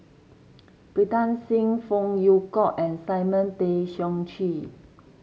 Pritam Singh Phey Yew Kok and Simon Tay Seong Chee